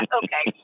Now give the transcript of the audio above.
okay